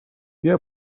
بیا